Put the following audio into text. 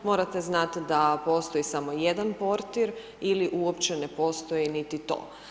Morate znati da postoji samo jedan portir ili uopće ne postoji niti to.